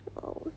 !wow!